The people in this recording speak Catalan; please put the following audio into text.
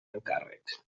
encàrrec